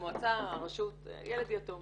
המועצה, הרשות, ילד יתום